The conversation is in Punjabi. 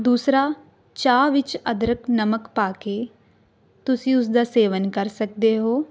ਦੂਸਰਾ ਚਾਹ ਵਿੱਚ ਅਦਰਕ ਨਮਕ ਪਾ ਕੇ ਤੁਸੀਂ ਉਸਦਾ ਸੇਵਨ ਕਰ ਸਕਦੇ ਹੋ